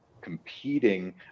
competing